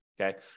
okay